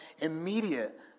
immediate